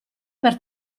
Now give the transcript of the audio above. per